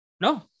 No